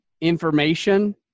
information